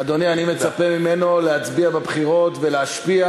אדוני, אני מצפה ממנו להצביע בבחירות ולהשפיע